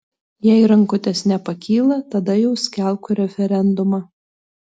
jei rankutės nepakyla tada jau skelbk referendumą